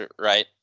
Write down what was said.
right